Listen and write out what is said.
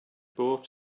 brought